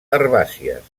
herbàcies